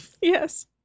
Yes